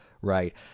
Right